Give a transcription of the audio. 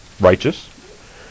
righteous